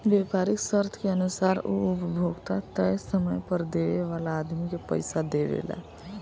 व्यापारीक शर्त के अनुसार उ उपभोक्ता तय समय पर देवे वाला आदमी के पइसा देवेला